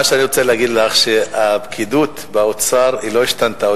מה שאני רוצה להגיד לך, שהפקידות באוצר לא השתנתה.